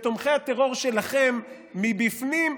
בתומכי הטרור שלכם מבפנים,